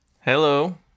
Hello